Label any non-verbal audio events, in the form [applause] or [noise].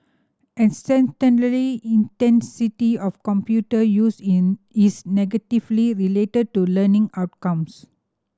[unintelligible] intensity of computer use in is negatively related to learning outcomes